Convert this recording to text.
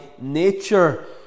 nature